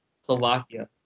Slovakia